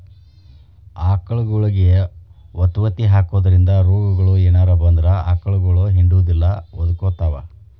ಆಕಳಗೊಳಿಗೆ ವತವತಿ ಹಾಕೋದ್ರಿಂದ ರೋಗಗಳು ಏನರ ಬಂದ್ರ ಆಕಳಗೊಳ ಹಿಂಡುದಿಲ್ಲ ಒದಕೊತಾವ